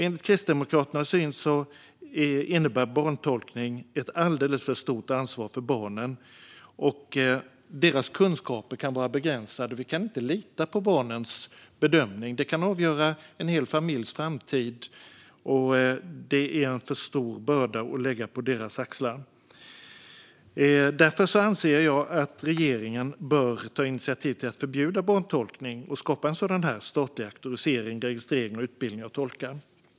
Enligt Kristdemokraterna innebär barntolkning ett alldeles för stort ansvar för barnen. Deras kunskaper kan vara begränsade, och vi kan inte lita på barnens bedömning. Det kan avgöra en hel familjs framtid, och det är en för stor börda att lägga på deras axlar. Därför anser jag att regeringen bör ta initiativ till att förbjuda barntolkning och skapa statlig auktorisering, registrering och utbildning av tolkar. Fru talman!